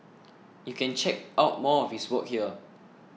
you can check out more of his work here